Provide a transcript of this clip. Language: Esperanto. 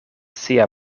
sia